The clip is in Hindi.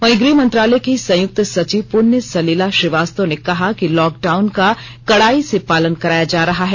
वहीं गृह मंत्रालय की संयुक्त सचिव पुण्य सलिला श्रीवास्तव ने कहा कि लॉकडाउन का कड़ाई से पालन कराया जा रहा है